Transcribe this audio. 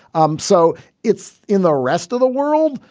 um so it's in the rest of the world.